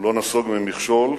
הוא לא נסוג ממכשול,